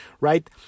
right